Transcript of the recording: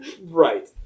Right